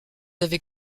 avez